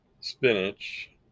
spinach